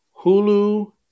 Hulu